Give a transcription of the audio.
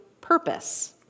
purpose